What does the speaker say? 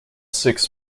six